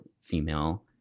female